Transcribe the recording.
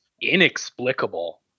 inexplicable